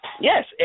Yes